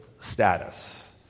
status